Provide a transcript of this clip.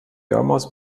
almost